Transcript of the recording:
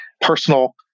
personal